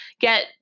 get